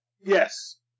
Yes